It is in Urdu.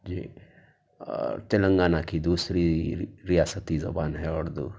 جی اور تلنگانہ کی دوسری ریاستی زبان ہے اردو